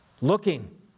looking